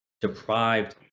deprived